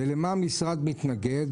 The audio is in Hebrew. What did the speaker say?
ולמה המשרד מתנגד,